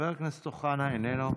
חבר הכנסת אוחנה, איננו,